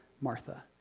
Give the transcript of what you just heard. martha